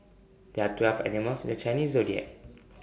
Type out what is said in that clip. there are twelve animals in the Chinese Zodiac